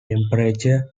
temperature